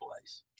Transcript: place